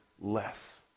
less